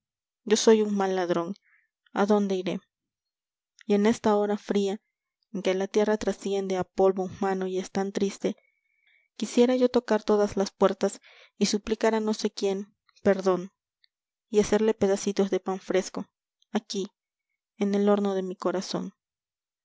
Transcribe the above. yo soy un mal ladrón a dónde irét y en esta hora fría en que la tierra trasciende a polvo humano y es tan triste quisiera yo tocar todas las puertas y suplicar a no sé quién perdón y hacerle pedacitos de pan fresco aqui en el horno de mi corazón